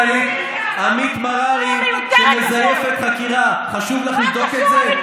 עמית מררי, שמזייפת חקירה, חשוב לך לבדוק את זה?